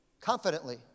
confidently